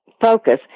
focus